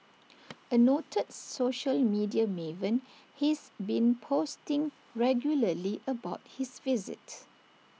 A noted social media maven he's been posting regularly about his visit